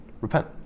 repent